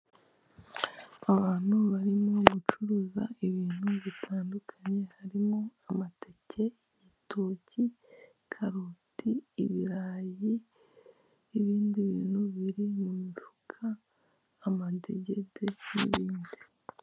Abantu barimo gucuruza ibintu bitandukanye harimo amateke, igitoki, karoti, ibirayi n'ibindi bintu biri mu mifuka, amadegede n'ibindi.